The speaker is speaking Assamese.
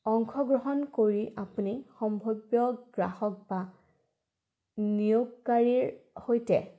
অংশগ্ৰহণ কৰি আপুনি সম্ভাৱ্য গ্ৰাহক বা নিয়োগকাৰীৰ সৈতে